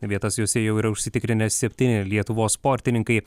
vietas jose jau yra užsitikrinę septyni lietuvos sportininkai